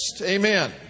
Amen